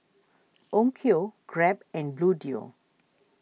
Onkyo Grab and Bluedio